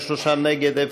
43 נגד,